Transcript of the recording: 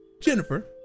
jennifer